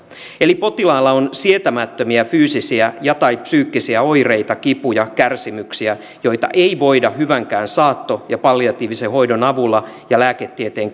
potilaalla on sietämättömiä fyysisiä ja tai psyykkisiä oireita kipuja ja kärsimyksiä joita ei voida hyvänkään saatto tai palliatiivisen hoidon avulla ja lääketieteen